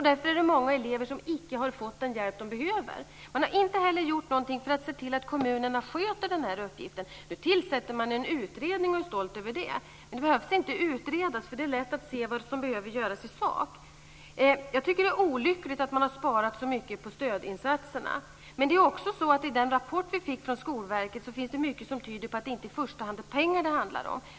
Därför är det många elever som inte har fått den hjälp de behöver. Man har inte heller gjort någonting för att se till att kommunerna sköter den här uppgiften. Nu tillsätter man en utredning och är stolt över det. Men det behövs inte utredas. Det är lätt att se vad som behöver göras i sak. Jag tycker att det olyckligt att man har sparat så mycket på stödinsatserna. Men det är också så att i den rapport som vi har fått från Skolverket finns det mycket som tyder på att det inte i första hand är pengar det handlar om.